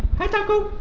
hi taco,